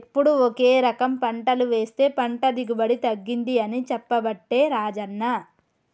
ఎప్పుడు ఒకే రకం పంటలు వేస్తె పంట దిగుబడి తగ్గింది అని చెప్పబట్టే రాజన్న